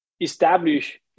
establish